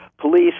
police